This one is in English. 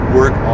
work